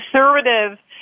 conservative